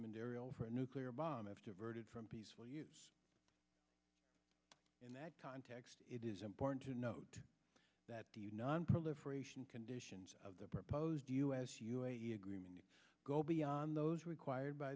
material for a nuclear bomb if diverted from peaceful use in that context it is important to note that you nonproliferation conditions of the proposed us u a e agreement go beyond those required by